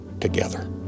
together